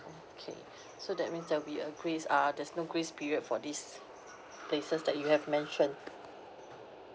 okay so that means there'll be a grace ah there's no grace period for these places that you have mentioned